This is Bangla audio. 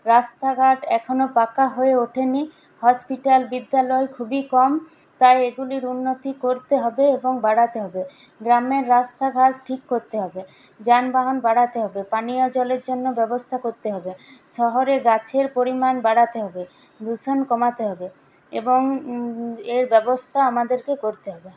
রাস্তাঘাট এখনও পাকা হয়ে ওঠেনি হসপিটাল বিদ্যালয় খুবই কম তাই এগুলির উন্নতি করতে হবে এবং বাড়াতে হবে গ্রামের রাস্তাঘাট ঠিক করতে হবে যানবাহন বাড়াতে হবে পানীয় জলের জন্য ব্যবস্থা করতে হবে শহরে গাছের পরিমাণ বাড়াতে হবে দূষণ কমাতে হবে এবং এর ব্যবস্থা আমাদেরকে করতে হবে